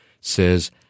says